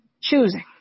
choosing